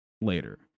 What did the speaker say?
later